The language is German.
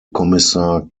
kommissar